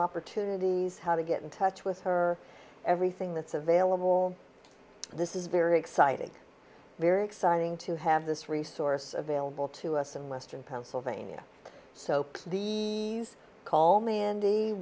opportunities how to get in touch with her everything that's available this is very exciting very exciting to have this resource available to us in western pennsylvania so he called me handy